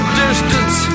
distance